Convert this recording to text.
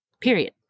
period